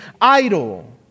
idle